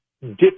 different